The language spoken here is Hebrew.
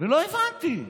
לא הבנתי.